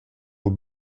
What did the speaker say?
aux